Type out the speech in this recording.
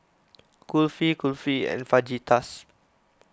Kulfi Kulfi and Fajitas